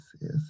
yes